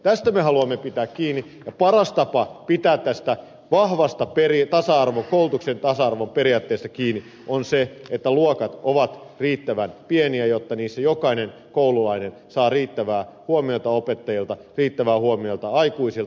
tästä me haluamme pitää kiinni ja paras tapa pitää tästä vahvasta koulutuksen tasa arvon periaatteesta kiinni on se että luokat ovat riittävän pieniä jotta niissä jokainen koululainen saa riittävää huomiota opettajilta riittävää huomiota aikuisilta